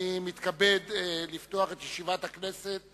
אני מתכבד לפתוח את ישיבת הכנסת היום,